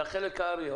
זה החלק הארי.